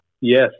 Yes